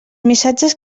missatges